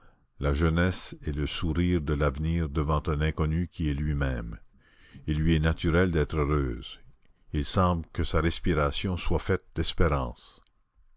la jeunesse est le sourire de l'avenir devant un inconnu qui est lui-même il lui est naturel d'être heureuse il semble que sa respiration soit faite d'espérance